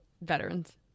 veterans